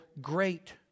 great